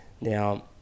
now